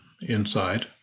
inside